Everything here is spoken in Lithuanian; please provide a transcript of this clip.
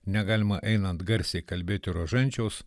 negalima einant garsiai kalbėti rožančiaus